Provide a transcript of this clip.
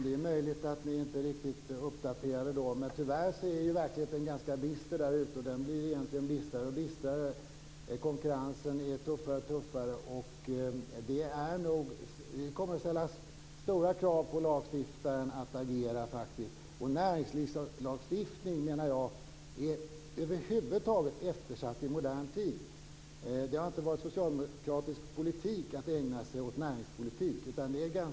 Det är möjligt att ni inte är riktigt uppdaterade. Tyvärr är verkligheten ganska bister, och den blir egentligen bistrare och bistrare. Konkurrensen blir tuffare och tuffare. Det kommer att ställas stora krav på lagstiftaren att agera. Näringslivslagstiftningen är över huvud taget eftersatt i modern tid. Det har inte varit socialdemokratisk politik att ägna sig åt näringspolitik.